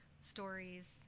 stories